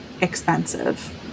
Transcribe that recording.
expensive